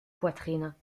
poitrine